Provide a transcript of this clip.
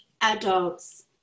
adults